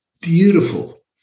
beautiful